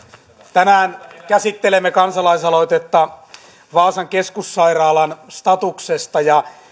tänään käsittelemme kansalais aloitetta vaasan keskussairaalan statuksesta ja